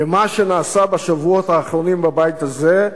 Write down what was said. על מה שנעשה בשבועות האחרונים בבית הזה,